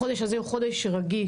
החודש הזה הוא חודש רגיש.